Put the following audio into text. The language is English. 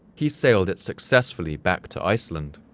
he sailed it successfully back to iceland.